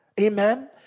Amen